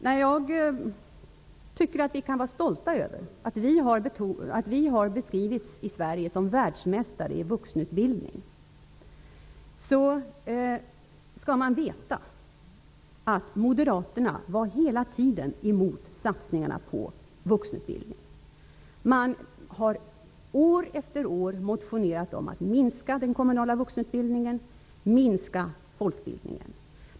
När jag tycker att vi kan vara stolta över att vi i Sverige har beskrivits som världsmästare i vuxenutbildning, skall man veta att Moderaterna hela tiden var emot satsningarna på vuxenutbildning. År efter år motionerade de om att minska den kommunala vuxenutbildningen och minska folkbildningen.